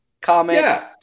Comment